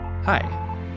Hi